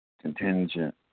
contingent